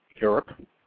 Europe